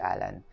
Alan